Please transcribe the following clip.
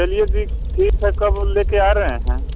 चलिए फ़िर ठीक है कब ले कर आ रहे हैं